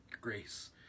grace